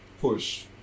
push